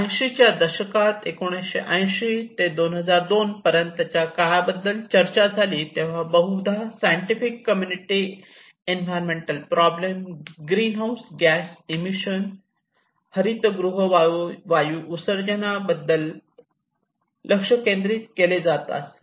80 च्या दशकात 1980 ते 2002 पर्यंतच्या काळा बद्दल चर्चा झाली तेव्हा बहुधा scientific community environmental problem green house gas emission हरितगृह वायू उत्सर्जना वर लक्ष केंद्रित केले जात असे